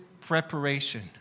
preparation